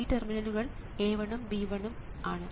ഈ ടെർമിനലുകൾ A1 ഉം B1 ഉം ആണ്